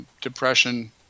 depression